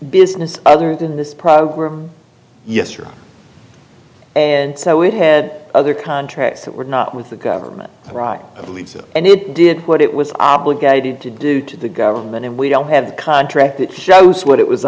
business other than this program yesterday and so it had other contracts that were not with the government right i believe and it did what it was obligated to do to the government and we don't have the contract that shows what it was